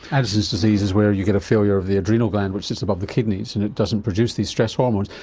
addison's disease is where you get a failure of the adrenal gland which sits above the kidneys and it doesn't produce these stress hormones.